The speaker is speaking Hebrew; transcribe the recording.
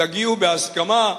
תגיעו בהסכמה,